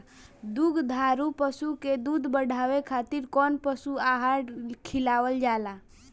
दुग्धारू पशु के दुध बढ़ावे खातिर कौन पशु आहार खिलावल जाले?